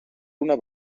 una